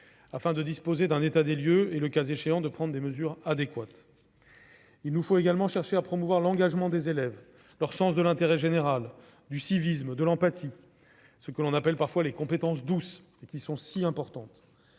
afin de disposer d'un état des lieux et, le cas échéant, de prendre des mesures adéquates. Il nous faut également chercher à promouvoir l'engagement des élèves, leur sens de l'intérêt général, du civisme et de l'empathie, ces « compétences douces » qui sont si importantes.